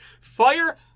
Fire